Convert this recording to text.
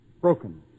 Broken